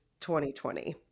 2020